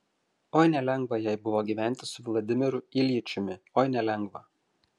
oi nelengva jai buvo gyventi su vladimiru iljičiumi oi nelengva